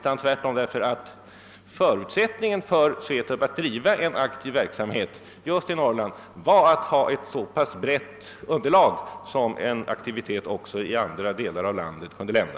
Tvärtom berodde det på att förutsättningen för SVETAB att driva en aktiv verksamhet just i Norrland var att ha ett så pass brett underlag som en aktivitet också i andra delar av landet kunde lämna.